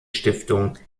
stiftung